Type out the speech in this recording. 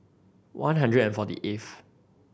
one hundred and forty eighth